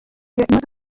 imodoka